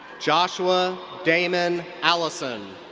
joshua damon alison.